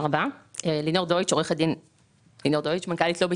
ההתחלה תהיה ברבעון השני של 2022. מנכ"לית לובי